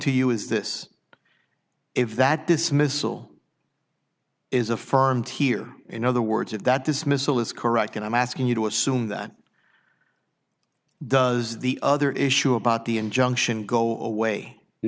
to you is this if that dismissal is affirmed here in other words if that dismissal is correct and i'm asking you to assume that does the other issue about the injunction go away you